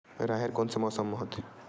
राहेर कोन से मौसम म होथे?